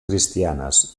cristianes